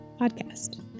podcast